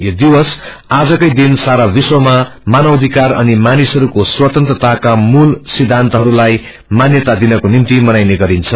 यो रिवस आजकै दिन सारा विश्वमा मानिवाधिकार अनि मानिसहरूको स्वतन्त्राताको मूल सिद्धान्तहरूलाई मान्यता दिनको निस् मनाइने गरिन्छ